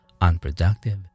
unproductive